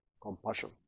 compassion